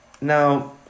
Now